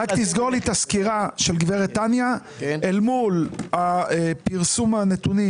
רק תסגור לי את הסקירה של גב' טניה אל מול פרסום הנתונים